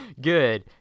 Good